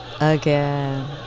again